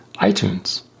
iTunes